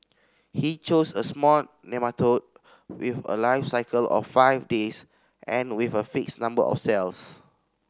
he chose a small nematode with a life cycle of five days and with a fixed number of cells